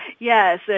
Yes